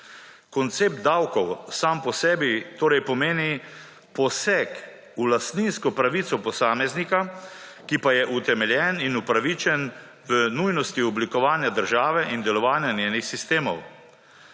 Koncept davkov sam po sebi torej pomeni poseg v lastnino pravico posameznika, ki pa je utemeljen in upravičen v nujnosti oblikovanja države in delovanja njenih sistemov.